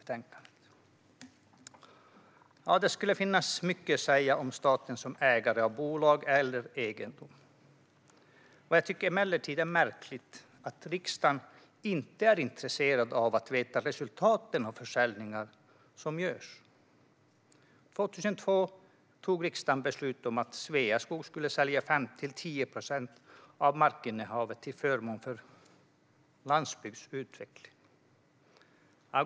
Det finns mycket att säga om staten som ägare av bolag eller egendom. Vad jag emellertid tycker är märkligt är att riksdagen inte är intresserad av att få veta resultaten av försäljningar som görs. År 2002 fattade riksdagen beslut om att Sveaskog skulle sälja 5-10 procent av markinnehavet till förmån för landsbygdsutveckling.